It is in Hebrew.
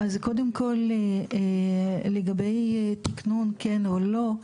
אז קודם כל לגבי תקנון כן או לא,